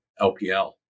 LPL